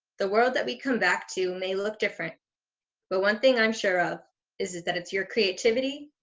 the world that we come back to may look different but one thing i'm sure of is is that it's your creativity,